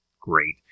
great